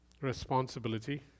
responsibility